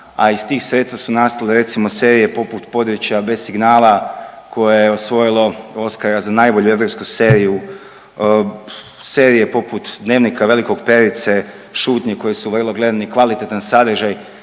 a iz tih sredstva su nastale recimo serije poput Područja bez signala koje je osvojilo Oskara za najbolju europsku seriju. Serije poput Dnevnika velikog Perice, Šutnji koji su vrlo gledan i kvalitetan sadržaj